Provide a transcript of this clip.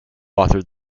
authored